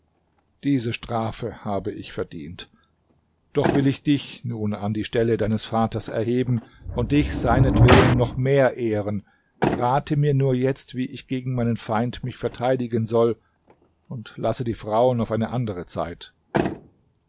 diese strafe habe ich verdient doch will ich dich nun an die stelle deines vaters erheben und dich seinetwillen noch mehr ehren rate mir nur jetzt wie ich gegen meinen feind mich verteidigen soll und lasse die frauen auf eine andere zeit